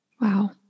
Wow